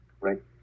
right